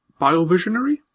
Biovisionary